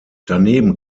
daneben